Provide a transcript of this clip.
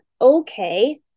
okay